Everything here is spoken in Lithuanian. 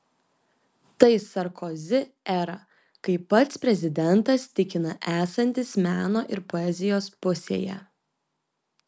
tai sarkozi era kai pats prezidentas tikina esantis meno ir poezijos pusėje